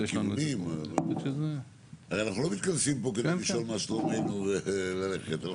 הרי אנחנו לא מתכנסים פה כדי לשאול מה שלומנו וללכת.